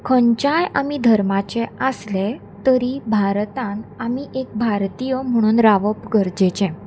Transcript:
खंयच्याय आमी धर्माचे आसले तरी भारतान आमी एक भारतीय म्हणून रावप गरजेचें